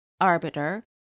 arbiter